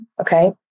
Okay